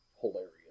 hilarious